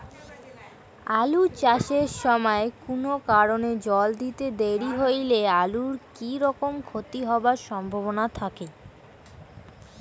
আলু চাষ এর সময় কুনো কারণে জল দিতে দেরি হইলে আলুর কি রকম ক্ষতি হবার সম্ভবনা থাকে?